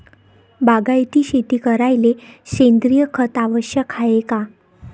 बागायती शेती करायले सेंद्रिय खत आवश्यक हाये का?